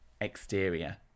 exterior